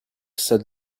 said